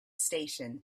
station